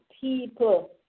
people